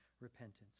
repentance